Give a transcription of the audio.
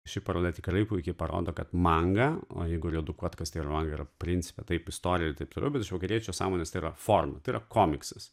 ši paroda tikrai puikiai parodo kad manga o jeigu redukuot kas tai yra manga yra principe taip istorija ir taip toliau bet iš vakariečio sąmonės tai yra forma tai yra komiksas